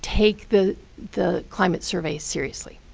take the the climate surveys seriously.